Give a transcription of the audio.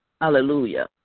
Hallelujah